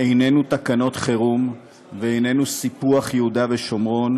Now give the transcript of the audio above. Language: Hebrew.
איננו תקנות חירום ואיננו סיפוח יהודה ושומרון,